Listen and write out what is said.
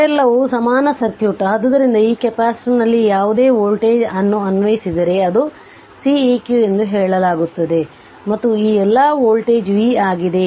ಇದೆಲ್ಲವು ಸಮಾನ ಸರ್ಕ್ಯೂಟ್ ಆದ್ದರಿಂದ ಈ ಕೆಪಾಸಿಟರ್ನಲ್ಲಿ ಯಾವುದೇ ವೋಲ್ಟೇಜ್ ಅನ್ನು ಅನ್ವಯಿಸಿದರೆ ಅದು Ceq ಎಂದು ಹೇಳಲಾಗುತ್ತದೆ ಮತ್ತು ಈ ಎಲ್ಲಾ ವೋಲ್ಟೇಜ್ v ಆಗಿದೆ